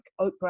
Oprah